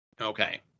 Okay